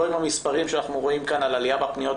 לא עם המספרים שאנחנו רואים כאן של עלייה בפניות,